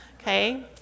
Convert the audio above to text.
Okay